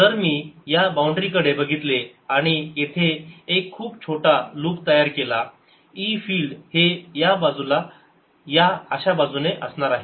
जर मी या बाउंड्री कडे बघितले आणि येथे एक खूप छोटा लूप तयार केला e फिल्ड हे ह्या बाजूला या अशा बाजूने असणार आहे